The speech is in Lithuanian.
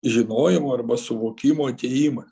žinojimo arba suvokimo atėjimas